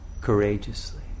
courageously